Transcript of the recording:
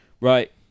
Right